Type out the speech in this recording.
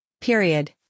Period